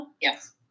yes